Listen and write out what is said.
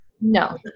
No